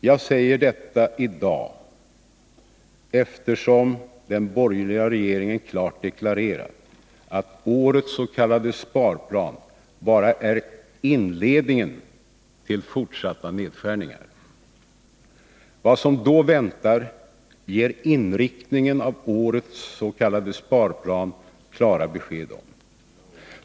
Jag säger detta i dag, eftersom den borgerliga regeringen klart har deklarerat att årets s.k. sparplan bara är inledningen till fortsatta nedskärningar. Vad som då väntar ger inriktningen av årets s.k. sparplan klara besked om.